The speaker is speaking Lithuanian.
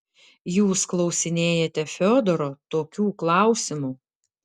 jūs klausinėjate fiodoro tokių klausimų